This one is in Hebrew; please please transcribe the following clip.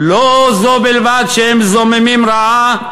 לא זו בלבד שהם זוממים רעה,